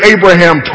Abraham